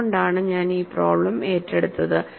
അതുകൊണ്ടാണ് ഞാൻ ഈ പ്രോബ്ലെം ഏറ്റെടുത്തത്